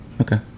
Okay